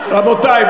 רבותי,